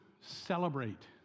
celebrate